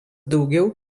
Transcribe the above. daugiau